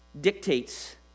dictates